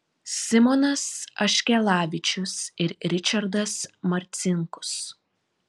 simonas aškelavičius ir ričardas marcinkus